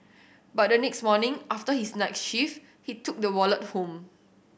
but the next morning after his night shift he took the wallet home